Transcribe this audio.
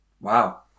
Wow